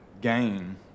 gain